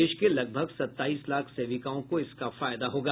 देश के लगभग सताईस लाख सेविकाओं को इसका फायदा होगा